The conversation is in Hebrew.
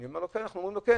אמרנו: כן.